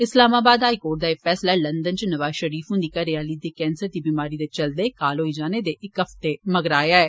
Islamabad high court दा एह् फैसला लंदन च नवाज शरीफ हुन्दी घरेआली दा कैंसर दी बिमारी दे चलदे काल होई जाने दे इक हफते मगरा आया ऐ